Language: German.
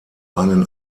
einen